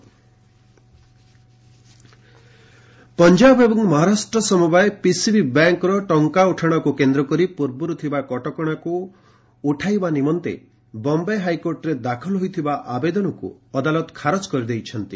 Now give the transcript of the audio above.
HC PMC bank Punjab ଏବଂ ମହାରାଷ୍ଟ୍ର ସମବାୟ PCB ବ୍ୟାଙ୍କର ଟଙ୍କା ଉଠାଶକୁ କେନ୍ଦ୍ରକରି ପୂର୍ବରୁ ଲଗାଯାଇଥିବା କଟକଣାକୁ ଉଠାଇଦେବା ନିମନ୍ତେ ବମ୍ଧେ ହାଇକୋର୍ଟରେ ଦାଖଲ ହୋଇଥିବା ଆବେଦନକୁ ଅଦାଲତ ଖାରଜ କରିଦେଇଛନ୍ତି